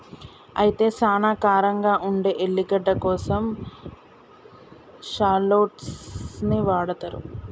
అయితే సానా కారంగా ఉండే ఎల్లిగడ్డ కోసం షాల్లోట్స్ ని వాడతారు